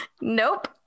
Nope